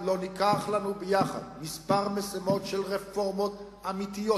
אם לא ניקח לנו יחד כמה משימות של רפורמות אמיתיות,